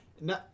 no